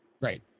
Right